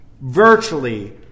virtually